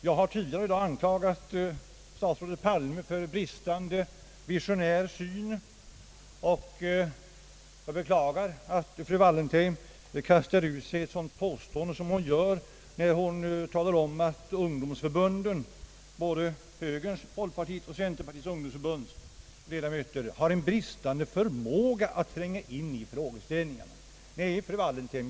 Jag har tidigare i dag anklagat statsrådet Palme för bristande visionär syn, och jag beklagar att fru Wallentheim kastar ur sig ett påstående som hon gör när hon talar om att ungdomsförbunden, ledamöterna i både högerns, folkpartiets och centerpartiets ungdomsförbund, har en bristande förmåga att tränga in i frågeställningarna. Nej, fru Wallentheim!